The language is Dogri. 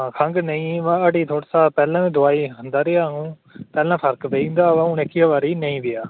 हां खंघ नेईं बो घटी थुआढ़े शा पैह्लें बी दोआई खंंदा रेहा हा अ'ऊं पैह्लें फर्क पेईं जंदा हा बो हून एह्किया बारी नेईं पेआ